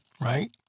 Right